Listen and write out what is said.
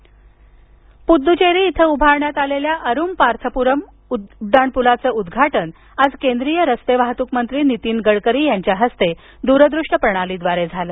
उद्घाटन पुद्दुचेरी इथं उभारण्यात आलेल्या अरुमपार्थपुरम उड्डाणपुलाचं उद्घाटन आज केंद्रीय रस्ते वाहतूक मंत्री नीतीन गडकरी यांच्या हस्ते द्रदूश्य प्रणालीद्वारे झालं